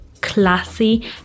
classy